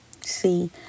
See